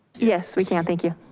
yes, we can, thank you.